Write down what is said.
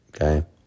okay